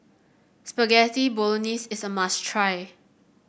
Spaghetti Bolognese is a must try